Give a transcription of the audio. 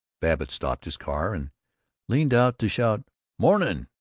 babbitt stopped his car and leaned out to shout mornin'!